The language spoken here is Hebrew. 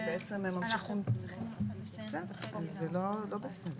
כי זה לא בסדר.